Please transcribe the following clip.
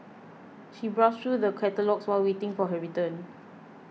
she browsed through the catalogues while waiting for her turn